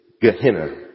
Gehenna